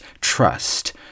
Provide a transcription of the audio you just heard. trust